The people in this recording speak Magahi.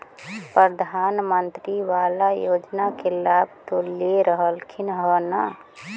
प्रधानमंत्री बाला योजना के लाभ तो ले रहल्खिन ह न?